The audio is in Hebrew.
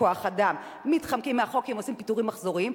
בכוח-אדם מתחמקים מהחוק כי הם עושים פיטורים מחזוריים,